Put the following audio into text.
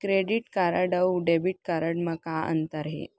Credit card अऊ debit card मा का अंतर होथे?